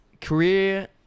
career